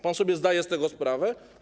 Pan sobie zdaje z tego sprawę?